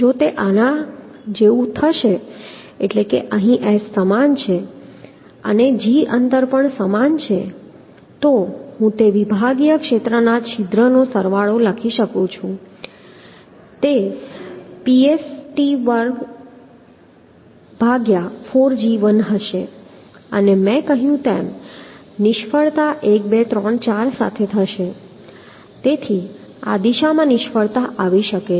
જો આ તે આના જેવું થશે એટલે કે અહીં s સમાન છે અને જો g અંતર પણ સમાન છે તો હું તે વિભાગીય ક્ષેત્રના છિદ્રોનો સરવાળો લખી શકું છું જે તે Psi2t4gi હશે અને મેં કહ્યું તેમ નિષ્ફળતા 1 2 3 4 સાથે થશે તેથી આ દિશામાં નિષ્ફળતા આવી શકે છે